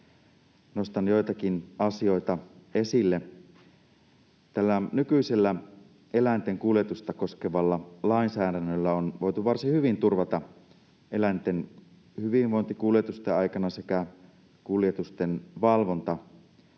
esille joitakin asioita: Tällä nykyisellä eläinten kuljetusta koskevalla lainsäädännöllä on voitu varsin hyvin turvata eläinten hyvinvointi kuljetusten aikana sekä kuljetusten valvonta,